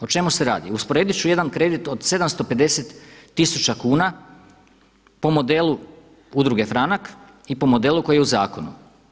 O čemu se radi? usporedit ću jedan kredit od 750 tisuća kuna po modelu Udruge Franak i po modelu koji je u zakonu.